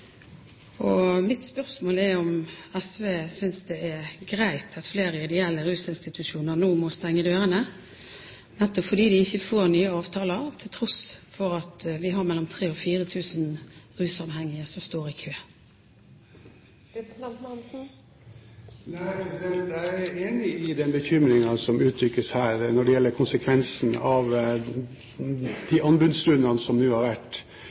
region. Mitt spørsmål er om SV synes det er greit at flere ideelle rusinstitusjoner nå må stenge dørene nettopp fordi de ikke får nye avtaler, til tross for at vi har mellom 3 000 og 4 000 rusavhengige som står i kø. Jeg er enig i den bekymringen som uttrykkes her når det gjelder konsekvensen av de anbudsrundene som nå har vært.